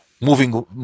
moving